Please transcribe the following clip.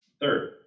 Third